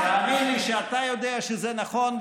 תאמין לי שאתה יודע שזה נכון,